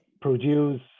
produce